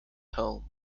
home